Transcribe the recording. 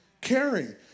caring